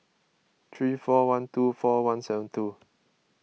three four one two four one seven two